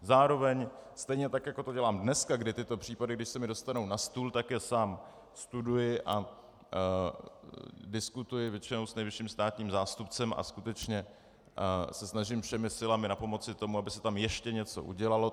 Zároveň stejně tak jako to dělám dneska, kdy tyto případy, když se mi dostanou na stůl, tak je sám studuji a diskutuji většinou s nejvyšším státním zástupcem a skutečně se snažím všemi silami napomoci tomu, aby se tam ještě něco udělalo.